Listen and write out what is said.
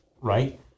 Right